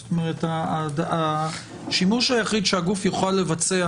זאת אומרת השימוש היחיד שהגוף יוכל לבצע